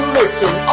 listen